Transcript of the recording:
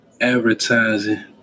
advertising